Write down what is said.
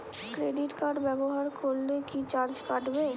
Credit card ব্যাবহার করলে কি চার্জ কাটবে?